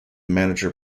manager